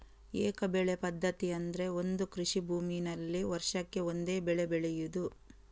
ಏಕ ಬೆಳೆ ಪದ್ಧತಿ ಅಂದ್ರೆ ಒಂದು ಕೃಷಿ ಭೂಮಿನಲ್ಲಿ ವರ್ಷಕ್ಕೆ ಒಂದೇ ಬೆಳೆ ಬೆಳೆಯುದು